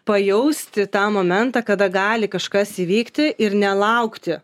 pajausti tą momentą kada gali kažkas įvykti ir nelaukti